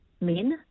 men